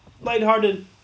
lighthearted